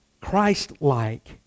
Christ-like